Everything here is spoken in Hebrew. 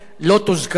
לא תוזכר.